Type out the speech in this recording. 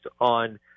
on